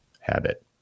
habit